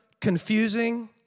confusing